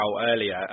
earlier